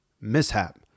mishap